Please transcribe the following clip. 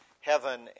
heaven